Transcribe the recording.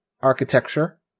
architecture